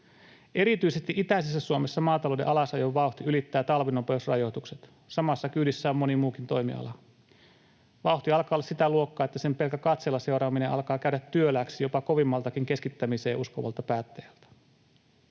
Erityisesti itäisessä Suomessa maatalouden alasajon vauhti ylittää talvinopeusrajoitukset. Samassa kyydissä on moni muukin toimiala. Vauhti alkaa olla sitä luokkaa, että sen pelkkä katseella seuraaminen alkaa käydä työlääksi jopa kovimmaltakin keskittämiseen uskovalta päättäjältä.